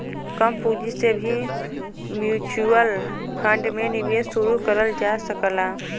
कम पूंजी से भी म्यूच्यूअल फण्ड में निवेश शुरू करल जा सकला